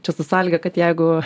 čia su sąlyga kad jeigu